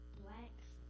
blacks